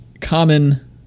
common